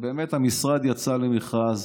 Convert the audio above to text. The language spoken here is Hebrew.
המשרד יצא למכרז